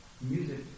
music